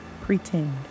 pretend